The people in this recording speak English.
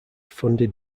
funded